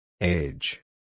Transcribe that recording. Age